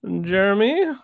Jeremy